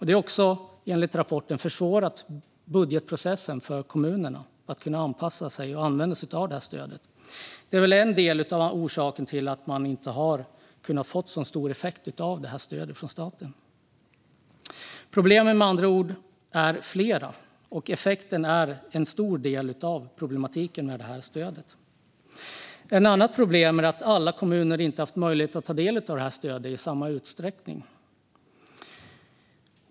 Detta har enligt rapporten försvårat budgetprocessen för kommunerna att kunna anpassa sig och använda stödet, vilket är en av orsakerna till att man inte har kunnat få så stor effekt av detta stöd från staten. Problemen är med andra ord flera. Ett annat problem är att inte alla kommuner har haft möjlighet att ta del av stödet i samma utsträckning.